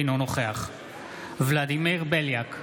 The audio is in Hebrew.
אינו נוכח ולדימיר בליאק,